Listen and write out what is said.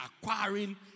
acquiring